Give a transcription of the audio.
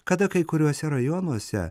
kada kai kuriuose rajonuose